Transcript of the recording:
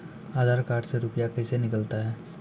आधार कार्ड से रुपये कैसे निकलता हैं?